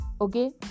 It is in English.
Okay